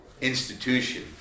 institution